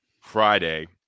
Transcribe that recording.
Friday